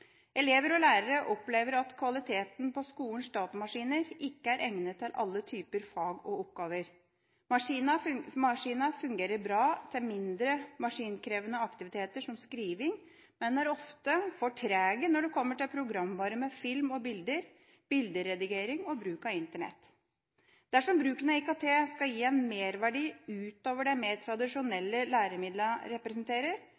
Elever og lærere opplever at kvaliteten på skolens datamaskiner ikke er egnet til alle typer fag og oppgaver. Maskinene fungerer bra til mindre maskinkrevende aktiviteter som skriving, men er ofte for trege når det kommer til programvare med film og bilder, bilderedigering og bruk av Internett. Dersom bruken av IKT skal gi en merverdi utover det mer